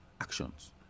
Actions